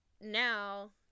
now